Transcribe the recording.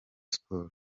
sport